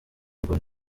ngo